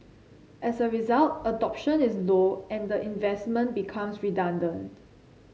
as a result adoption is low and the investment becomes redundant